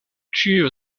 ĉiu